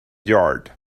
yard